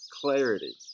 clarity